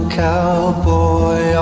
cowboy